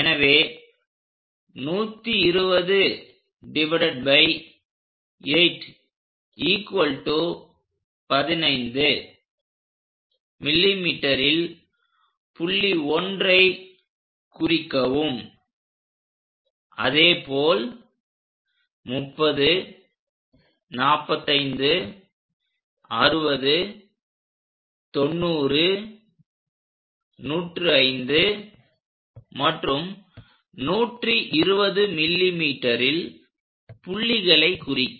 எனவே 120815 mmல் புள்ளி 1 ஐ குறிக்கவும் அதேபோல் 30 45 60 90 105 மற்றும் 120 mmல் புள்ளிகளை குறிக்க